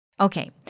Okay